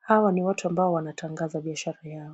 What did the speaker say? Hawa ni watu ambao wanatangaza biashara yao.